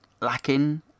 lacking